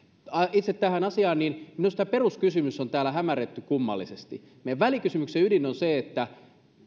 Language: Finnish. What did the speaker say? itse tähän asiaan minusta tämä peruskysymys on täällä hämärretty kummallisesti meidän välikysymyksemme ydin on se